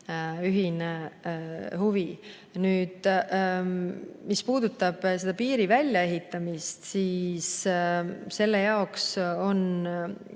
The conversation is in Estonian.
ühine huvi. Mis puudutab piiri väljaehitamist, siis selle jaoks on